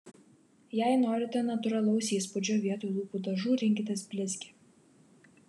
jei norite natūralaus įspūdžio vietoj lūpų dažų rinkitės blizgį